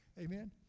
amen